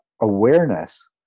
awareness